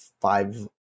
five